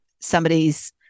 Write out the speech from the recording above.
somebody's